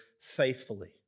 faithfully